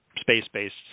space-based